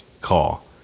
call